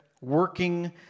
working